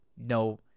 No